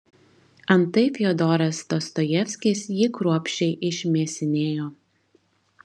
antai fiodoras dostojevskis jį kruopščiai išmėsinėjo